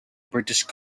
british